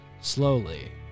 slowly